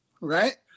right